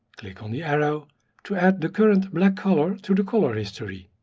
click on the arrow to add the current black color to the color history.